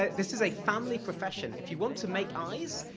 ah this is a family profession. if you want to make eyes,